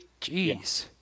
jeez